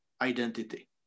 identity